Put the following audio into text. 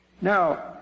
Now